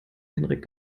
henrik